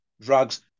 drugs